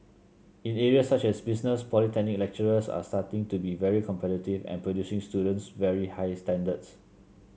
in areas such as business polytechnic lecturers are starting to be very competitive and producing students very high standards